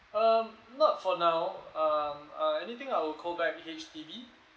um not for now um uh anything I will call back H_D_B